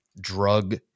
drug